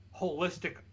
holistic